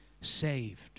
saved